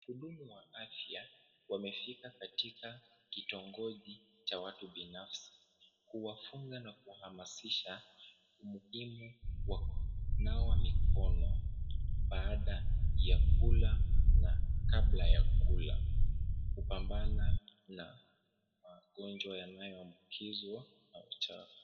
Wahudumu wa afya wamefika katika kitongoji cha watu binafsi, kuwafunza na kuwahamasisha umuhimu wa kunawa mikono baada ya kula na kabla ya kula, kupambana na magonjwa yanayoambukizwa na uchafu.